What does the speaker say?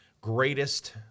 greatest